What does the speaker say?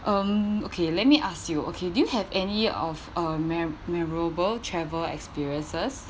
um okay let me ask you okay do you have any of a me~ memorable travel experiences